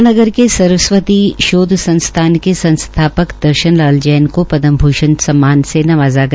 यम्नानगर के सरसवती शोध संस्थान के संस्थापक दर्शन लाल जैन को पदम भूषण सम्मान से नवाज़ा गया